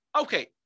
okay